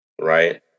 right